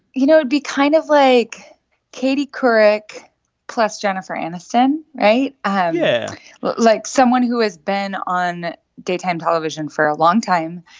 you know, it'd be kind of like katie couric plus jennifer aniston, right? yeah but like, someone who has been on daytime television for a long time,